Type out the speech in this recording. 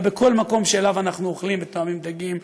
בכל מקום שבו אנחנו אוכלים וטועמים דגים,